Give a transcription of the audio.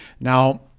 Now